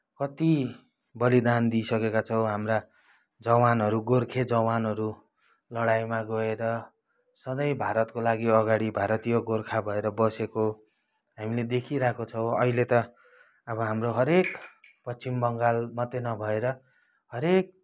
कत्ति बलिदान दिइसकेका छौँ हाम्रा जवानहरू गोर्खे जवानहरू लडाइँमा गएर सधैँ भारतको लागि अगाडि भारतीय गोर्खा भएर बसेको हामीले देखिरहेको छौँ अहिले त अब हाम्रो हरेक पश्चिम बङ्गाल मात्रै नभएर हरेक